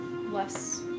less